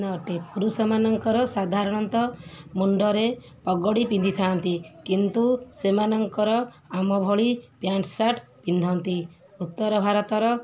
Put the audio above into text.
ଅଟେ ପୁରୁଷମାନଙ୍କର ସାଧାରଣତଃ ମୁଣ୍ଡରେ ପଗଡ଼ି ପିନ୍ଧିଥାନ୍ତି କିନ୍ତୁ ସେମାନଙ୍କର ଆମ ଭଳି ପ୍ୟାଣ୍ଟ୍ ସାର୍ଟ୍ ପିନ୍ଧନ୍ତି ଉତ୍ତର ଭାରତର